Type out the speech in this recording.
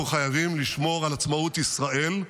אנחנו חייבים לשמור על עצמאות ישראל.